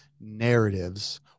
narratives